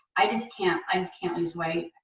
i just can't i just can't lose weight.